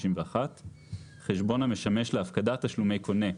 התשנ"ב-1992; "חשבון המשמש להפקדת תשלומי קונה"